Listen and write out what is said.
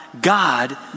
God